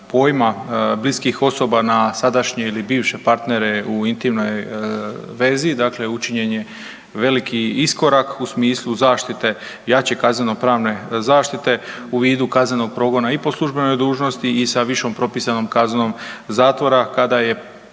pojma bliskih osoba na sadašnje ili bivše partnere u intimnoj vezi učinjen je veliki iskorak u smislu zaštite jače kaznenopravne zaštite u vidu kaznenog progona i po službenoj dužnosti i sa višom propisanom kaznom zatvora kada je